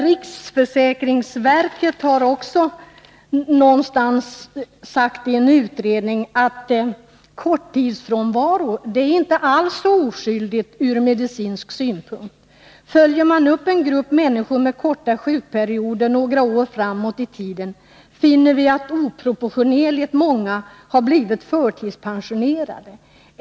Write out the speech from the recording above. Riksförsäkringsverket har också sagt någonstans i en utredning att korttidsfrånvaron inte alls är så oskyldig ur medicinsk synpunkt. Följer man en grupp människor med korta sjukperioder några år framåt i tiden, finner man att oproportionerligt många har blivit förtidspensionerade.